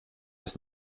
ist